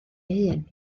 hun